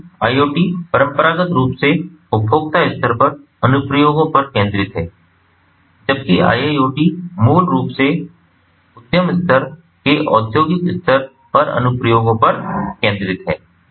इसलिए IoT परंपरागत रूप से उपभोक्ता स्तर पर अनुप्रयोगों पर केंद्रित है जबकि IIoT मूल रूप से उद्यम स्तर के औद्योगिक स्तर पर अनुप्रयोगों पर केंद्रित है